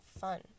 fun